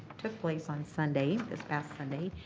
took place on sunday, this past sunday.